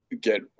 get